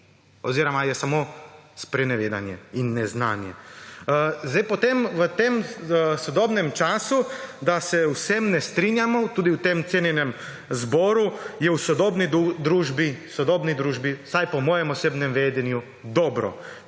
oziroma je samo sprenevedanje in neznanje. Potem v tem sodobnem času, da se o vsem ne strinjamo tudi v tem cenjenem zboru, je v sodobni družbi vsaj po mojem osebnem vedenju dobro,